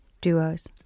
duos